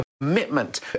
commitment